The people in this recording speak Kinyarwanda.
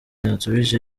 yansubije